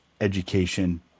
education